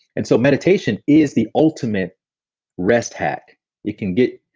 and so meditation is the ultimate rest hack you can get.